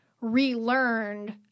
relearned